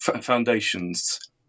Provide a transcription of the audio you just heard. foundations